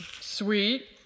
sweet